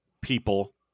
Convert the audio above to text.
people